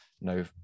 no